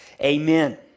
Amen